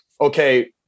okay